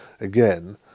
again